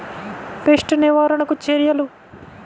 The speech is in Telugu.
పెస్ట్ నివారణకు చర్యలు?